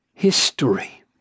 History